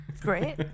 Great